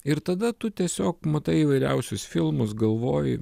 ir tada tu tiesiog matai įvairiausius filmus galvoji